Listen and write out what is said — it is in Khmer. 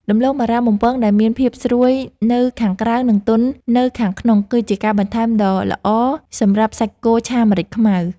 ដំឡូងបារាំងបំពងដែលមានភាពស្រួយនៅខាងក្រៅនិងទន់នៅខាងក្នុងគឺជាការបន្ថែមដ៏ល្អសម្រាប់សាច់គោឆាម្រេចខ្មៅ។